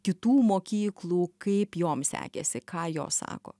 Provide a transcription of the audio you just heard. kitų mokyklų kaip joms sekėsi ką jos sako